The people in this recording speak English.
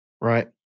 Right